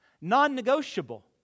non-negotiable